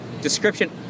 description